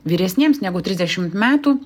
vyresniems negu trisdešimt metų